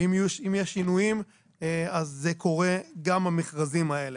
ואם יהיו שינויים אז זה קורה גם במכרזים האלה.